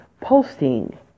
posting